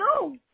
No